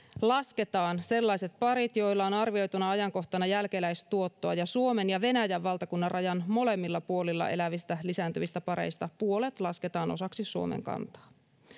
lasketaan sellaiset parit joilla on arvioituna ajankohtana jälkeläistuottoa ja suomen ja venäjän valtakunnan rajan molemmilla puolilla elävistä lisääntyvistä pareista puolet lasketaan osaksi suomen kantaa